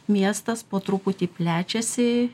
miestas po truputį plečiasi